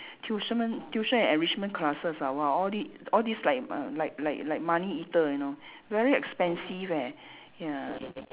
tuition ~ment tuition and enrichment classes ah !wah! all the all these like uh like like like money eater you know very expensive eh ya